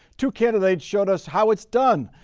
two candidates shows us how it's done.